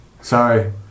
sorry